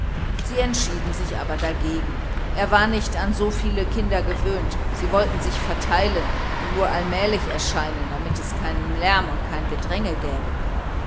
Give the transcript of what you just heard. sie entschieden sich aber dagegen er war nicht an so viele kinder gewöhnt sie wollten sich verteilen und nur allmählich erscheinen damit es keinen lärm und kein gedränge gäbe